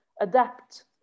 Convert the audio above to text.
adapt